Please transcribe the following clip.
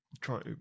try